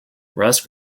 rusk